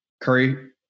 Curry